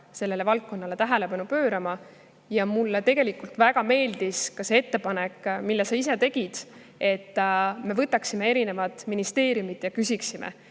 [regionaalpoliitikale] tähelepanu pöörama. Mulle tegelikult väga meeldis ka see ettepanek, mille sa ise tegid, et me võtaksime ette erinevad ministeeriumid ja küsiksime,